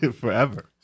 forever